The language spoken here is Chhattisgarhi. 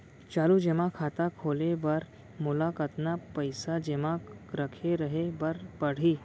चालू जेमा खाता खोले बर मोला कतना पइसा जेमा रखे रहे बर पड़ही?